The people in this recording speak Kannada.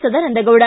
ಸದಾನಂದ ಗೌಡ